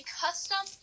custom